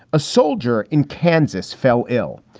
a soldier in kansas fell ill.